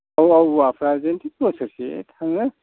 औ औ औवाफ्रा जेनथेन बोसोरसे थाङो